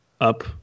up